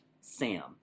Sam